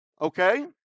Okay